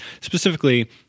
specifically